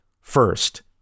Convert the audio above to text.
first